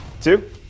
two